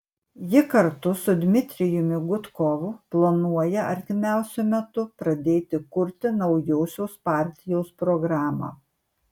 ji kartu su dmitrijumi gudkovu planuoja artimiausiu metu pradėti kurti naujosios partijos programą